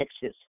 Texas